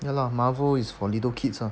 ya lah marvel is for little kids lah